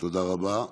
תודה רבה.